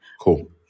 cool